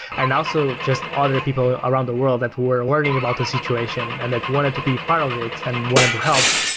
and also just other people around the world that were learning about the situation and that wanted to be part of it and wanted to help.